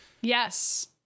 Yes